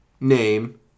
name